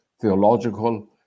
theological